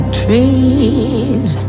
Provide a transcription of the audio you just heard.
trees